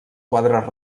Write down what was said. quadres